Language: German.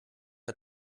der